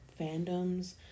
fandoms